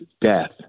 death